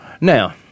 Now